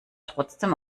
trotzdem